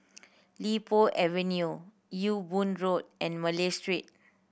Li Po Avenue Ewe Boon Road and Malay Street